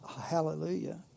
hallelujah